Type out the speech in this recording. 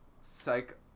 Psych